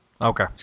Okay